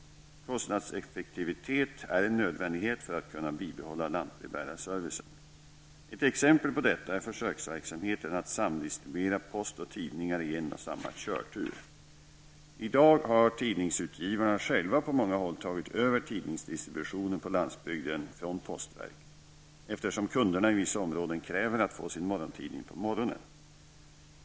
Kostnadseffektivitet är en nödvändighet för att kunna bibehålla lantbrevbärarservicen. Ett exempel på detta är försöksverksamheten att samdistribuera post och tidningar i en och samma körtur. I dag har tidningsutgivarna själva på många håll tagit över tidningsdistributionen på landsbygden från postverket, eftersom kunderna i vissa områden kräver att få sin morgontidning på morgonen.